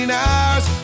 hours